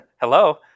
Hello